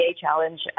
challenge